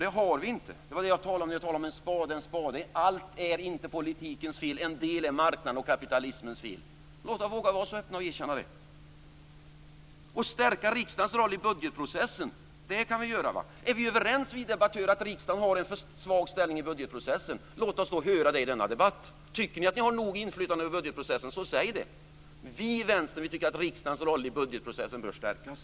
Det har vi inte. Det var det jag talade om när jag sade att en spade är en spade. Allt är inte politikens fel, en del är marknadens och kapitalismens fel. Låt oss våga vara öppna och erkänna det. Stärka riksdagens roll i budgetprocessen kan vi göra. Är vi debattörer överens om att riksdagen har en för svag ställning i budgetprocessen, låt oss då höra det i denna debatt. Tycker ni att ni har lågt inflytande över budgetprocessen så säg det. Vi i Vänstern tycker att riksdagens roll i budgetprocessen bör stärkas.